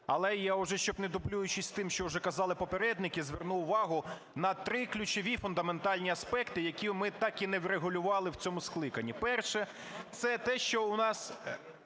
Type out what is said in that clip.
Але я уже, щоб не дублюючи з тим, що вже казали попередники, зверну увагу на три ключові фундаментальні аспекти, які ми так і не врегулювали в цьому скликані. Перше - це те, що у нас